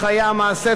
בחיי המעשה,